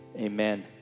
amen